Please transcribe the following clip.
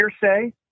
hearsay